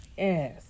Yes